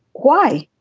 why?